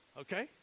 Okay